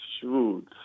Shoot